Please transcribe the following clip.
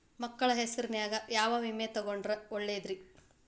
ಮಕ್ಕಳ ಹೆಸರಿನ್ಯಾಗ ಯಾವ ವಿಮೆ ತೊಗೊಂಡ್ರ ಒಳ್ಳೆದ್ರಿ?